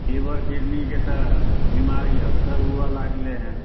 lever किडनीके तऽ बीमारी अक्सर हुअए लागलै हँ